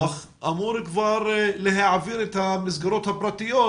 אמור כבר להעביר את המסגרות הפרטיות